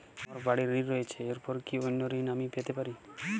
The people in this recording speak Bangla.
আমার বাড়ীর ঋণ রয়েছে এরপর কি অন্য ঋণ আমি পেতে পারি?